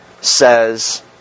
says